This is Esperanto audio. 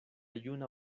juna